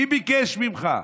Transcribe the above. מי ביקש ממך?